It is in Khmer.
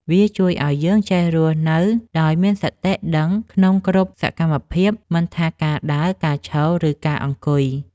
វាជួយឱ្យយើងចេះរស់នៅដោយមានសតិដឹងក្នុងគ្រប់សកម្មភាព មិនថាការដើរ ការឈរ ឬការអង្គុយ។